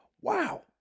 Wow